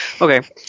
Okay